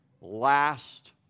last